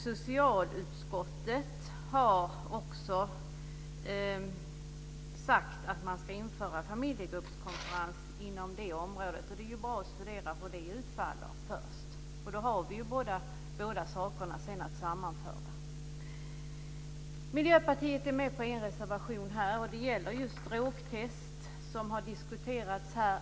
Socialutskottet har också sagt att man ska införa familjegruppskonferenser inom det området, och det är bra att studera hur det utfaller först. Sedan kan vi sammanföra båda sakerna. Miljöpartiet är med på en reservation, och det gäller just drogtest, som har diskuterats livligt här.